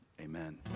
amen